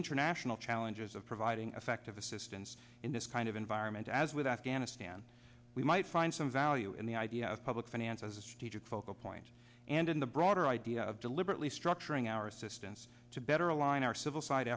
international challenges of providing affective assistance in this kind of environment as with afghanistan we might find some value in the idea of public finance as a strategic focal point and in the broader idea deliberately structuring our assistance to better align our civil si